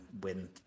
win